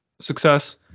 success